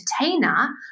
entertainer